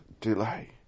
delay